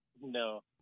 No